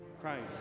Christ